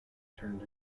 turned